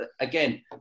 again